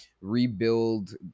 rebuild